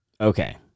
Okay